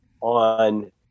on